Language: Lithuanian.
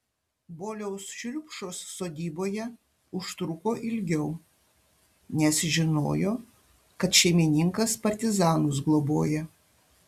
boliaus šriupšos sodyboje užtruko ilgiau nes žinojo kad šeimininkas partizanus globoja